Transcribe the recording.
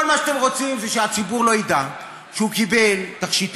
כל מה שאתם רוצים זה שהציבור לא ידע שהוא קיבל תכשיטים,